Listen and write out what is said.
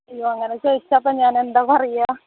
ഇയ്യോ അങ്ങനെ ചോയിച്ചപ്പോ ഇപ്പോ ഞാൻ എന്താ പറയാ